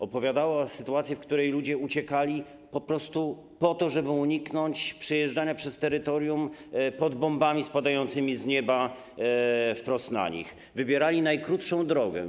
Opowiadali o sytuacji, w której ludzie uciekali po prostu po to, żeby uniknąć przejeżdżania przez terytorium pod bombami spadającymi z nieba wprost na nich, wybierali najkrótszą drogę.